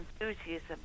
enthusiasm